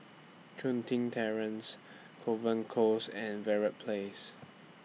Chun Tin Terrace Kovan Close and Verde Place